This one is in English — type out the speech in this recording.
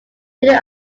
middle